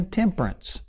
temperance